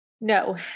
No